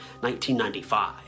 1995